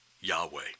Yahweh